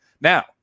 Now